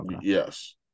Yes